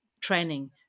training